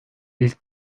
ilk